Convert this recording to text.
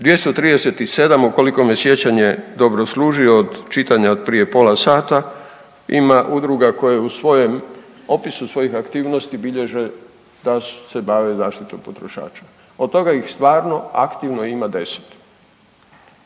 237, ukoliko me sjećanje dobro služi od čitanja od prije pola sata, ima udruga koje u svojem opisu svojih aktivnosti bilježe da se bave zaštitom potrošača. Od toga ih stvarno aktivno ima 10.